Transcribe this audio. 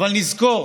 אבל נזכור